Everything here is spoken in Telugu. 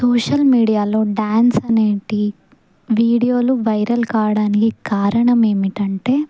సోషల్ మీడియాలో డ్యాన్స్ అనేటి వీడియోలు వైరల్ కావడానికి కారణం ఏమిటంటే